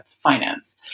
finance